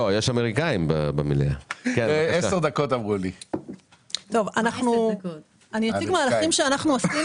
אני אציג מהלכים שאנחנו עשינו.